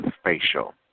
spatial